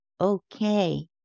Okay